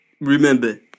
remember